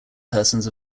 persons